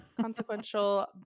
consequential